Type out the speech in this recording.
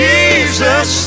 Jesus